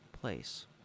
place